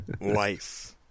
life